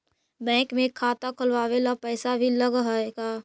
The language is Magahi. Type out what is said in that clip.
बैंक में खाता खोलाबे ल पैसा भी लग है का?